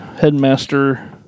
Headmaster